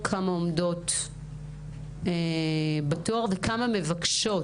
כמה מחכות בתור וכמה מבקשות,